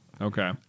Okay